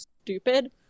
stupid